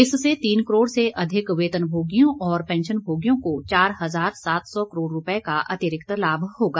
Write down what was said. इससे तीन करोड़ से अधिक वेतनभोगियों और पेंश्नभोगियों को चार हजार सात सौ करोड़ रूपये का अतिरिक्त लाभ होगा